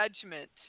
judgment